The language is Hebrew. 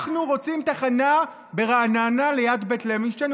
אנחנו רוצים תחנה ברעננה ליד בית לוינשטיין,